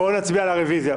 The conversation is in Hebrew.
בואו נצביע על הרוויזיה.